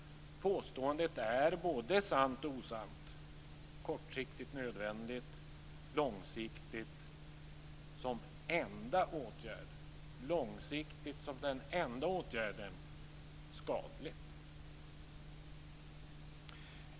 Påståendet är både sant och osant. Det är kortsiktigt nödvändigt, men långsiktigt som enda åtgärd skadligt.